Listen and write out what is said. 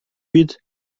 huit